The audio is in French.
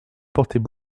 portaient